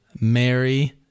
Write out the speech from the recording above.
mary